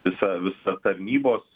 visą visą tarnybos